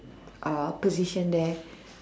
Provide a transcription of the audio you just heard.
uh position there